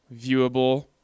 viewable